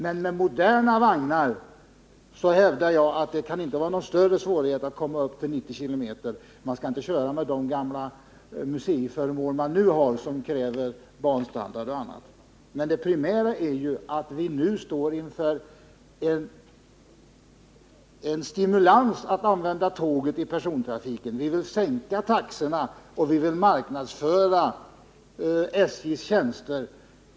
Men jag hävdar att med moderna vagnar kan det inte vara någon större svårighet att komma upp i 90 km/tim. Man skall inte köra med de gamla museiföremål som man nu har Men det primära är att vi nu står inför en stimulans att använda tåget i persontrafiken. Vi vill sänka taxorna och vi vill marknadsföra SJ:s tjänster.